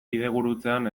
bidegurutzean